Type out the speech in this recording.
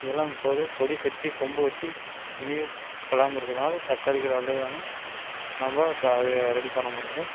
இதெல்லாம் இப்போது கொடி கட்டி கொம்பு வைச்சு நீர் பராமரிக்கிறதுனால தக்காளிகள் அழியாம நாம் க அது ரெடி பண்ண முடியுது